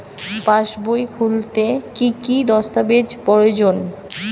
পাসবই খুলতে কি কি দস্তাবেজ প্রয়োজন?